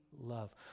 love